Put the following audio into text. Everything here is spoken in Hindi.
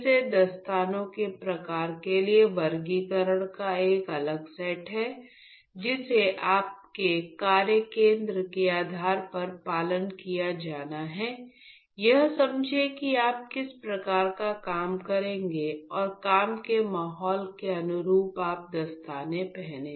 फिर से दस्ताने के प्रकार के लिए वर्गीकरण का एक अलग सेट है जिसे आपके कार्य केंद्र के आधार पर पालन किया जाना है यह समझें कि आप किस प्रकार का काम करेंगे और काम के माहौल के अनुरूप आप दस्ताने पहने